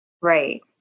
Right